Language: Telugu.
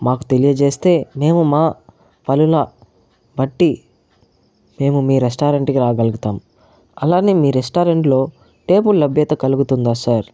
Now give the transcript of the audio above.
మాకు తెలియజేస్తే మేము మా పనుల పట్టి మేము మీ రెస్టారెంట్ కి రాగలుగుతాం అలానే మీ రెస్టారెంట్ లో టేబుల్ లభ్యత కలుగుతుందా సార్